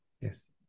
Yes